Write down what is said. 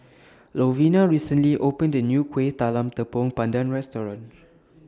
Lovina recently opened A New Kueh Talam Tepong Pandan Restaurant